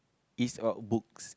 is about books